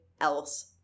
else